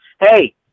hey